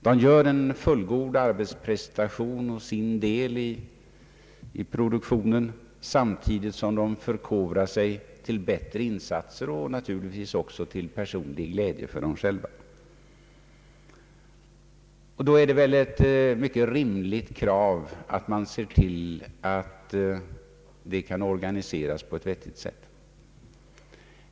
De gör en fullgod arbetsprestation och sin del i produktionen, samtidigt som de förkovrar sig till bättre insatser och naturligtvis också till personlig glädje för sig själva. Då är det ett mycket rimligt krav att man ser till att studierna organiseras på ett vettigt sätt.